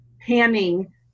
panning